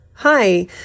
Hi